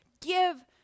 give